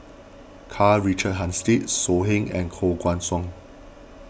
Karl Richard Hanitsch So Heng and Koh Guan Song